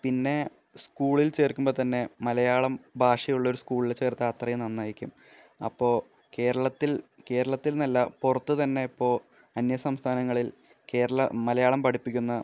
പിന്നെ സ്കൂളില് ചേര്ക്കുമ്പോള്ത്തന്നെ മലയാളം ഭാഷയുള്ള ഒരു സ്കൂളില് ചേര്ത്താല് അത്രയും നന്നായിരിക്കും അപ്പോള് കേരളത്തില് കേരളത്തില് എന്നല്ല പുറത്ത് തന്നെ ഇപ്പോള് അന്യ സംസ്ഥാനങ്ങളില് മലയാളം പഠിപ്പിക്കുന്ന